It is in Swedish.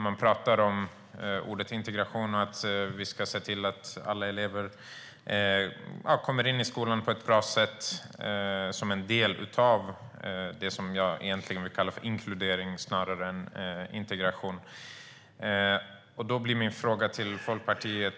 Man pratar om ordet integration och att vi ska se till att alla elever ska komma in i skolan på ett bra sätt, som en del av det som jag vill kalla för inkludering snarare än integration.